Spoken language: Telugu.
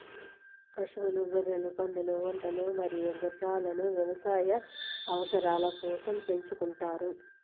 పశువులు, గొర్రెలు, పందులు, ఒంటెలు మరియు గుర్రాలను వ్యవసాయ అవసరాల కోసం పెంచుకుంటారు